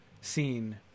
scene